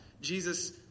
Jesus